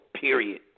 period